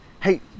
Hey